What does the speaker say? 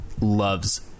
loves